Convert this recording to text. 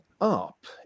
up